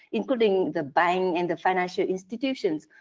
including the buying and the financial institutions,